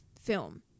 film